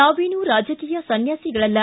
ನಾವೇನು ರಾಜಕೀಯ ಸನ್ನಾಸಿಗಳಲ್ಲ